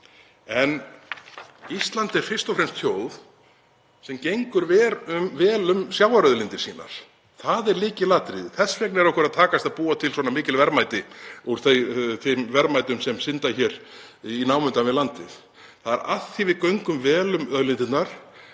En Ísland er fyrst og fremst þjóð sem gengur vel um sjávarauðlindir sínar. Það er lykilatriði. Þess vegna er okkur að takast að búa til svona mikil verðmæti úr þeim verðmætum sem synda hér í námunda við landið. Það er af því að við göngum vel um auðlindirnar,